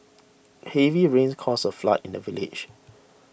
heavy rains caused a flood in the village